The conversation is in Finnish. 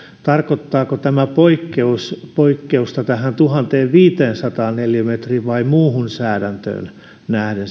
tarkoittaako tämä poikkeus poikkeusta tähän tuhanteenviiteensataan neliömetriin vai muuhun säädäntöön nähden